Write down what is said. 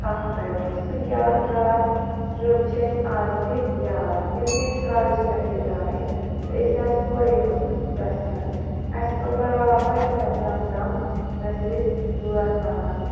تھَک کَڑنہِ سُہ یادگار ٹِرٛپ چھِ اَسہِ آز تہِ یاد یُتھُے أسۍ کالجہِ پٮ۪ٹھَے درٛایہِ تہٕ أسۍ آسہٕ کورے ہوٚت بَسہِ منٛز اَسہِ کوٚر بَرابَر پہلگام تام أسۍ ٲسۍ بٲتھ وَنان